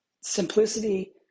simplicity